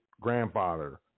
grandfather